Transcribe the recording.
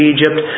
Egypt